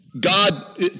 God